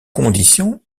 conditions